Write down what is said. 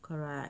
correct